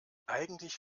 eigentlich